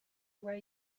were